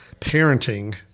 parenting